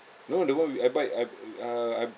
no the one we I buy uh uh I